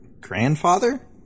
grandfather